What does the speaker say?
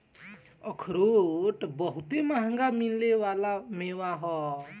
अखरोट बहुते मंहगा मिले वाला मेवा ह